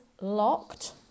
locked